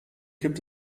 gibt